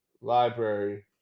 Library